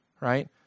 right